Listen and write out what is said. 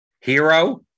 Hero